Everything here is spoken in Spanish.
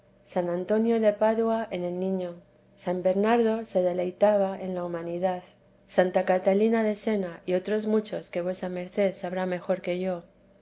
san antonio de padua en el niño san bernardo se deleitaba en la humanidad santa catalina de sena y otros muchos que vuesa merced sabrá mejor que yo